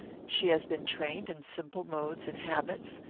she has been trained in simple modes and habits.